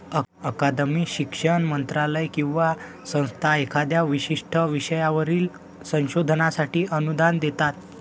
अकादमी, शिक्षण मंत्रालय किंवा संस्था एखाद्या विशिष्ट विषयावरील संशोधनासाठी अनुदान देतात